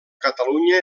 catalunya